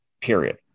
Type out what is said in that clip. period